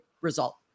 result